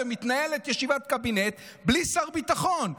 ומתנהלת ישיבת קבינט בלי שר ביטחון.